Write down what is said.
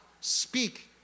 speak